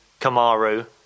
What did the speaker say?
Kamaru